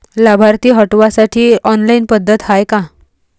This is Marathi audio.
लाभार्थी हटवासाठी ऑनलाईन पद्धत हाय का?